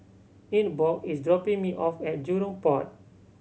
Ingeborg is dropping me off at Jurong Port